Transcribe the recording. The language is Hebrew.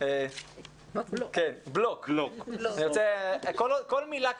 אין אתה שום בעיה וגם לא העלינו אותה